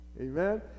amen